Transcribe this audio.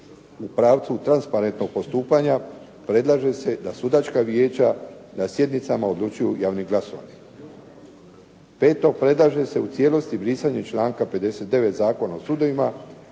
u pravcu transparentnog postupanja predlaže se da sudačka vijeća na sjednicama odlučuju javnim glasovanjem. Peto, predlaže se u cijelosti brisanje članka 59. Zakona o sudovima